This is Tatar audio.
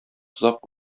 озак